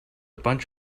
bunch